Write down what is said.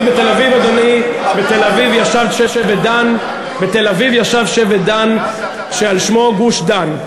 אדוני, בתל-אביב ישב שבט דן, שעל שמו גוש-דן.